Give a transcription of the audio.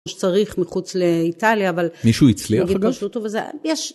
כשצריך מחוץ לאיטליה אבל... מישהו הצליח? נגיד גירשו אותו וזה... יש